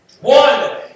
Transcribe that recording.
one